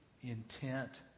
intent